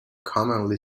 commonly